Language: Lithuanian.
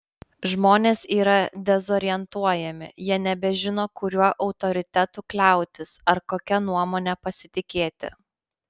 žmonės yra dezorientuojami jie nebežino kuriuo autoritetu kliautis ar kokia nuomone pasitikėti